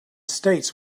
states